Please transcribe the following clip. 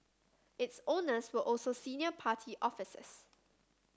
its owners were also senior party officers